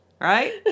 right